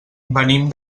venim